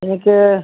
എനിക്ക്